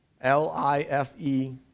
L-I-F-E